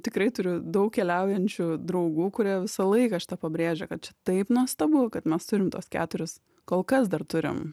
tikrai turiu daug keliaujančių draugų kurie visą laiką šitą pabrėžia kad čia taip nuostabu kad mes turim tuos keturis kol kas dar turim